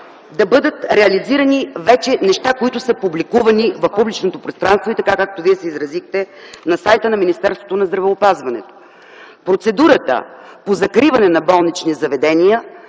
да бъдат реализирани неща, които вече са публикувани в публичното пространство и както Вие се изразихте, на сайта на Министерството на здравеопазването. Процедурата по закриването на болнични заведения